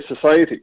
society